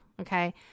Okay